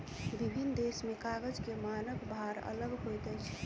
विभिन्न देश में कागज के मानक भार अलग होइत अछि